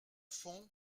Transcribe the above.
fond